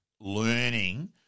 learning